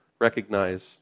recognize